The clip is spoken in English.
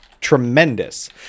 tremendous